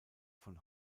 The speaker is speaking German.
von